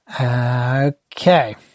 Okay